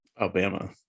alabama